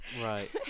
Right